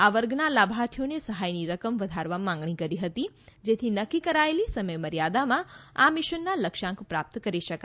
આ વર્ગના લાભાર્થીઓએ સહાયની રકમ વધારવા માગણી કરી હતી જેથી નક્કી કરાયેલી સમયમર્યાદામાં આ મિશનના લક્ષ્યાંક પ્રાપ્ત કરી શકાય